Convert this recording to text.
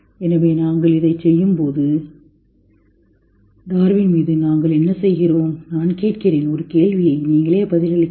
எனவே நாங்கள் இதைச் செய்யும்போது டார்வின் மீது நாங்கள் என்ன செய்கிறோம் நான் கேட்கிறேன் ஒரு கேள்வியை நீங்களே பதிலளிக்கலாம்